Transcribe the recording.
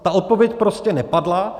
Ta odpověď prostě nepadla.